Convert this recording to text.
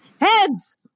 Heads